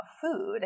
food